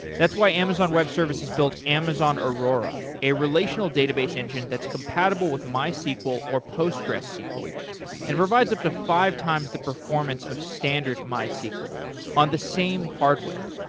that's why amazon web services built amazon aurora a relational database engine that's compatible with mysql or postgresql and provides up to five times the performance of standard mysql on the same hardware.